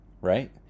right